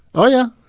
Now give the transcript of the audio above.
oh, yeah. oh,